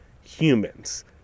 humans